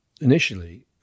initially